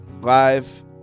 live